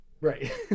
Right